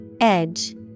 Edge